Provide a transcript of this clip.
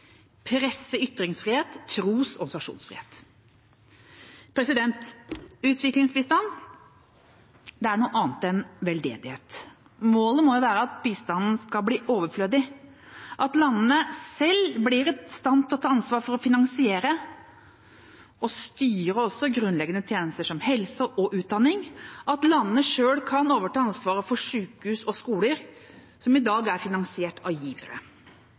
presse- og ytringsfrihet, tros- og organisasjonsfrihet. Utviklingsbistand er noe annet enn veldedighet. Målet må være at bistanden skal bli overflødig, at landene selv blir i stand til å ta ansvar for å finansiere og styre også grunnleggende tjenester som helse og utdanning, at landene selv kan overta ansvaret for sykehus og skoler som i dag er finansiert av givere.